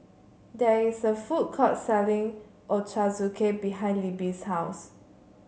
there is a food court selling Ochazuke behind Libbie's house